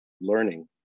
learning